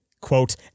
quote